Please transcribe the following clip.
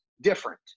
different